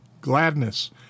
gladness